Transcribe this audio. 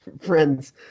friends